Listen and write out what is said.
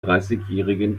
dreißigjährigen